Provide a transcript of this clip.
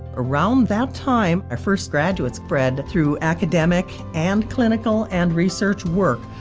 around that time, our first graduates spread through academic and clinical and research work,